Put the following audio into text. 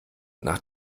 nach